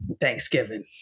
Thanksgiving